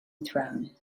throne